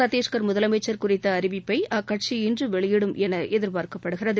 சத்தீஸ்கா் முதலமைச்சா் குறித்த அறிவிப்பட அக்கட்சி இன்று வெளியிடும் என எதிர்பார்க்கப்படுகிறது